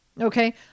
Okay